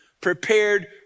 prepared